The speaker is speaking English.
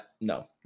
No